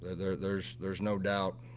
there's, there's there's no doubt,